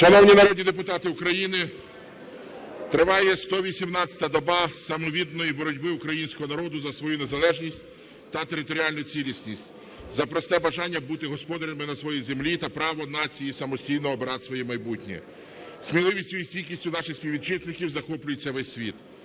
Шановні народні депутати України, триває 118 доба самовідданої боротьби українського народу за свою незалежність та територіальну цілісність, за просте бажання бути господарями на своїй землі та право нації самостійно обирати своє майбутнє. Сміливістю і стійкістю наших співвітчизників захоплюється весь світ.